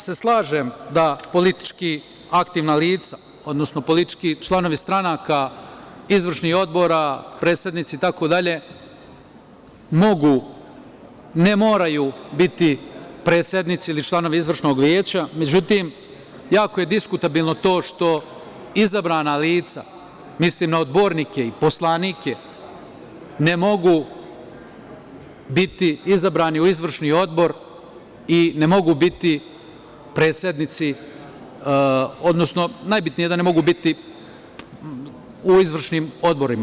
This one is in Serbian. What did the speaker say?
Slažem se da politički aktivna lica, odnosno članovi stranaka izvršnih odbora, predsednici itd. mogu, ne moraju biti predsednici ili članovi izvršnog veća, međutim jako je diskutabilno to što izabrana lica, mislim na odbornike i poslanike, ne mogu biti izabrani u izvršni odbor i ne mogu biti predsednici, odnosno najbitnije da ne mogu biti u izvršnim odborima.